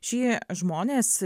šie žmonės